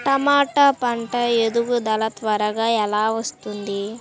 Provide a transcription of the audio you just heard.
టమాట పంట ఎదుగుదల త్వరగా ఎలా వస్తుంది?